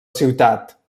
ciutat